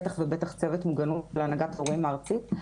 בטח ובטח המוגנות להנהגת הורים ארצית.